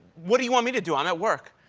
what do you want me to do? i'm at work.